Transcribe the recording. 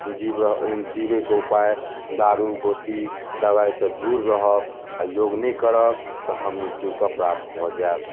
जीवय जीवयके उपाय दारू गोटी दवाइसँ दूर रहब आ योग नहि करब तऽ हम मृत्युकेँ प्राप्त भऽ जायब